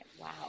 Wow